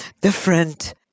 different